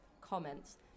comments